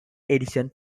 edition